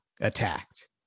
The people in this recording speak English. attacked